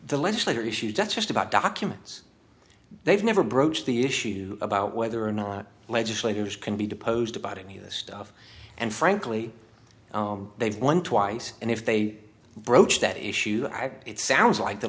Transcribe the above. the legislator issue that's just about documents they've never broached the issue about whether or not legislators can be deposed about any of this stuff and frankly they've won twice and if they broached that issue it sounds like the